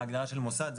מה ההגדרה של מוסד?